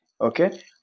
Okay